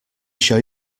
show